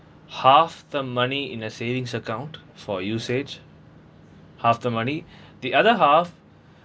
half the money in a savings account for usage half the money the other half